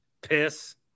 Piss